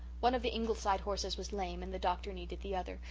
one of the ingleside horses was lame and the doctor needed the other,